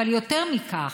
אבל יותר מכך,